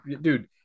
dude